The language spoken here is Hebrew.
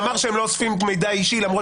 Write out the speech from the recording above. אמר שהם לא אוספים מידע אישי למרות